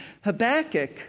Habakkuk